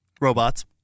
Robots